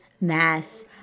Mass